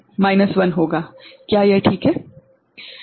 क्या यह ठीक है